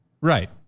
Right